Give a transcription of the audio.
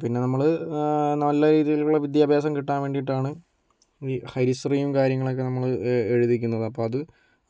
പിന്നെ നമ്മൾ നല്ല രീതിയിലുള്ള വിദ്യാഭാസം കിട്ടാൻ വേണ്ടിയിട്ടാണ് ഈ ഹരി ശ്രീയും കാര്യങ്ങളൊക്കെ നമ്മൾ എഴുതിക്കുന്നത് അപ്പം അത്